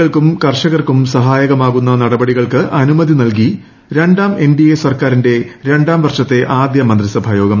കൾക്കും കർഷകർക്കും സഹായകമാകുന്ന നടപടികൾക്ക് അനുമതി നൽകി രണ്ടാം എൻഡിഎ സർക്കാരിന്റെ രണ്ടാം വർഷത്തെ ആദ്യ മന്ത്രിസഭായോഗം